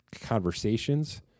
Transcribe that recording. conversations